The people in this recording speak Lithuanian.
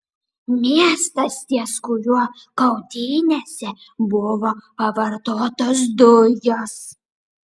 miestas ties kuriuo kautynėse buvo pavartotos dujos